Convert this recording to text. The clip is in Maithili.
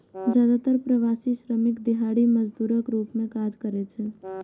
जादेतर प्रवासी श्रमिक दिहाड़ी मजदूरक रूप मे काज करै छै